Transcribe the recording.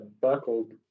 buckled